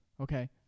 okay